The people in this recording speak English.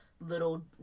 little